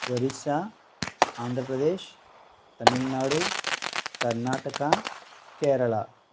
Orissa Andhra Pradesh Tamil Nadu Karnataka Kerala